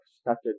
started